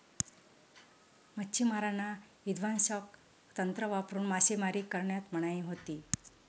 मच्छिमारांना विध्वंसक तंत्र वापरून मासेमारी करण्यास मनाई होती